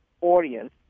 audience